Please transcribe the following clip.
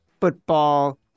football